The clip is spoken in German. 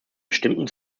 bestimmten